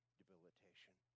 debilitation